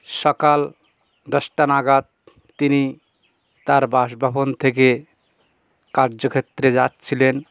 সকাল দশটা নাগাদ তিনি তার বাসভবন থেকে কার্যক্ষেত্রে যাচ্ছিলেন